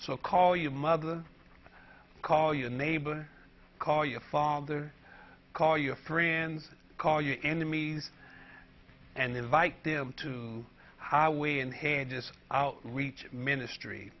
so call your mother call your neighbor call your father call your friends call your enemies and invite them to weigh in here just reach ministry